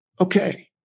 Okay